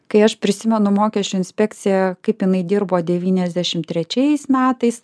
kai aš prisimenu mokesčių inspekciją kaip jinai dirbo devyniasdešim trečiais metais